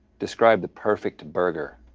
describe the perfect burger.